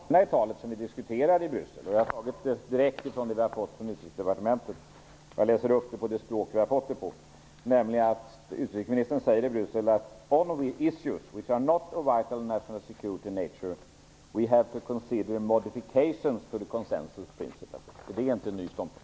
Herr talman! Det svaret oroar mig. Låt mig citera de rader i talet i Bryssel som vi diskuterar. Jag har tagit det direkt från det vi har fått från Utrikesdepartementet. Jag läser upp det på det språk som vi har fått det på. Utrikesministern säger i Bryssel: "- on issues wich are not of a vital national security nature, we have to consider modifications to the consensus principle." Är det inte en ny ståndpunkt?